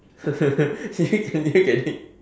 you can you get it